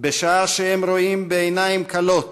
בשעה שהם רואים בעיניים כלות